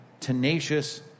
tenacious